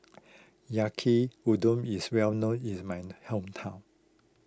Yaki Udon is well known is my hometown